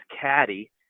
caddy